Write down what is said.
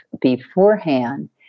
beforehand